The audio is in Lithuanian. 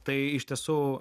tai iš tiesų